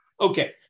Okay